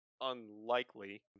unlikely